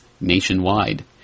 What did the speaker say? nationwide